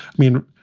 i mean,